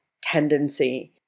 tendency